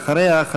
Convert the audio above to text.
ואחריה,